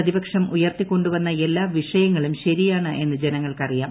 പ്രതിപക്ഷം ഉയർത്തിക്കൊണ്ടുവന്ന എല്ലാ വിഷയങ്ങളും ശരിയാണ് എന്ന് ജനങ്ങൾക്കറിയാം